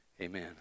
Amen